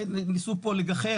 ניסו פה לגחך,